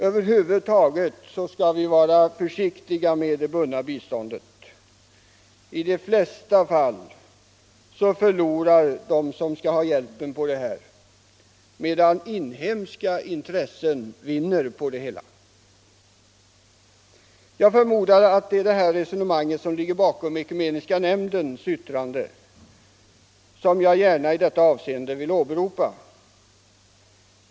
Över huvud taget skall vi vara försiktiga med bundet bistånd. I de flesta fall förlorar de som skall ha hjälpen på det, medan inhemska intressen vinner på det hela. Jag förmodar att det är detta resonemang som ligger bakom Ekumeniska nämndens yttrande, som jag gärna i detta avseende vill åberopa.